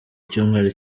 icyumweru